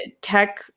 tech